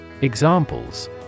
Examples